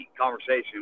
conversation